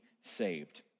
saved